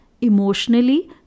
emotionally